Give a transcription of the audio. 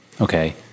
Okay